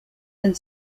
and